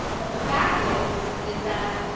but the fact is, is that